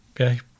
Okay